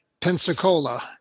Pensacola